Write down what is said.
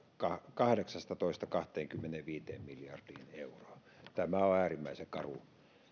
kahdeksastatoista kahteenkymmeneenviiteen miljardiin euroon tämä on on äärimmäisen karu